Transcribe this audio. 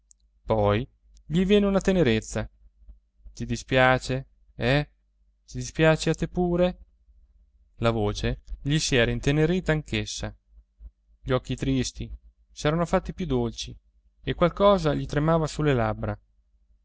poi gli venne una tenerezza ti dispiace eh ti dispiace a te pure la voce gli si era intenerita anch'essa gli occhi tristi s'erano fatti più dolci e qualcosa gli tremava sulle labbra